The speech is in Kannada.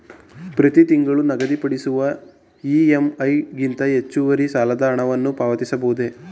ಪ್ರತಿ ತಿಂಗಳು ನಿಗದಿಪಡಿಸಿರುವ ಇ.ಎಂ.ಐ ಗಿಂತ ಹೆಚ್ಚುವರಿ ಸಾಲದ ಹಣವನ್ನು ಪಾವತಿಸಬಹುದೇ?